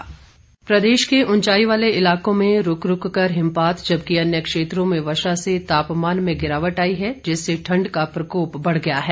मौसम प्रदेश के उंचाई वाले इलाकों में रूक रूक हिमपात जबकि अन्य क्षेत्रों में वर्षा से तापमान में गिरावट आई है जिससे ठंड का प्रकोप बढ़ गया है